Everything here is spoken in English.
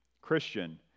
Christian